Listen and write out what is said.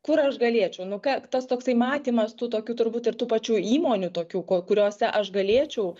kur aš galėčiau nu ką tas toksai matymas tų tokių turbūt ir tų pačių įmonių tokių kuriose aš galėčiau